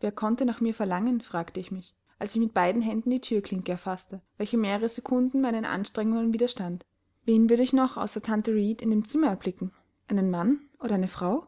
wer konnte nach mir verlangen fragte ich mich als ich mit beiden händen die thürklinke erfaßte welche mehre sekunden meinen anstrengungen widerstand wen würde ich noch außer tante reed in dem zimmer erblicken einen mann oder eine frau